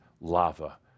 lava